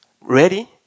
ready